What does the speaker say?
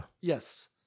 yes